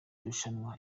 rushanwa